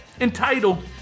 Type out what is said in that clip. entitled